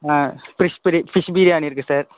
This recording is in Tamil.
ஆ ஃபிஷ் ஃபிஷ் பிரியாணி இருக்கு சார்